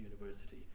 university